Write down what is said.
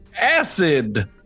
acid